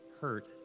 hurt